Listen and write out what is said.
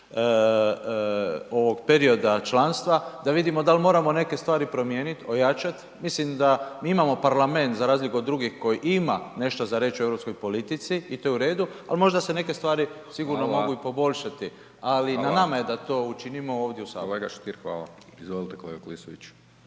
ovog perioda članstva da vidimo da li moramo neke stvari promijeniti, ojačati. Mislim da mi imamo parlament za razliku od drugih koji ima nešto za reći o europskoj politici i to je u redu, ali možda se neke stvari .../Upadica: Hvala./... sigurno mogu i poboljšati,